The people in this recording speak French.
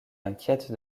inquiète